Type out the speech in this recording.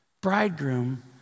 Bridegroom